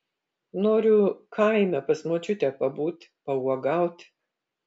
noriu kaime pas močiutę pabūt pauogaut